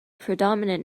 predominant